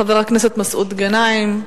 חבר הכנסת מסעוד גנאים,